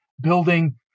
building